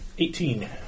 Eighteen